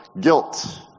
guilt